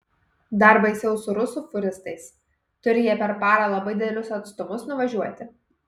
dar baisiau su rusų fūristais turi jie per parą labai didelius atstumus nuvažiuoti